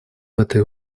этой